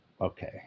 Okay